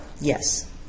Yes